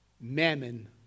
Mammon